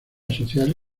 social